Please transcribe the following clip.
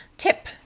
tip